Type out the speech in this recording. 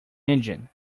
engine